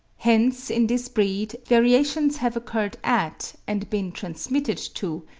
hence in this breed variations have occurred at, and been transmitted to,